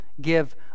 give